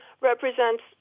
represents